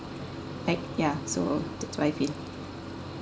like yeah so that's what I feel